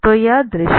तो यह दृश्य है